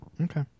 Okay